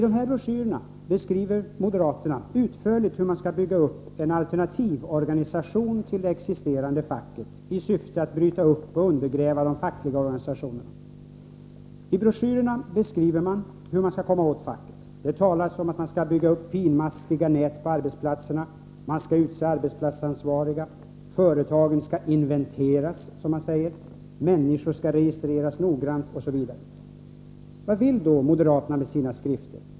Där beskriver moderaterna utförligt hur man skall bygga upp en alternativorganisation till det existerande facket i syfte att bryta upp och undergräva de fackliga organisationerna. I broschyrerna redogörs för hur man skall komma åt facket. Där talas om att man skall bygga upp finmaskiga nät på arbetsplatserna, att man skall utse arbetsplatsansvariga, att företagen skall, som man säger, inventeras, att människor skall registreras noggrant osv. Vad vill då moderaterna med sina skrifter?